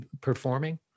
performing